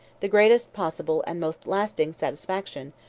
the greatest possible and most lasting satisfaction,